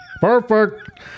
Perfect